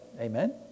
Amen